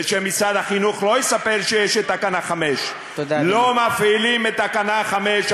ושמשרד החינוך לא יספר שיש תקנה 5. לא מפעילים את תקנה 5,